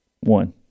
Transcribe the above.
One